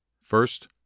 First